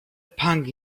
pang